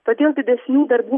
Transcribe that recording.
todėl didesnių darbų